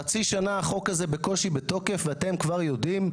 חצי שנה החוק הזה בקושי בתוקף ואתם כבר יודעים,